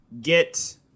get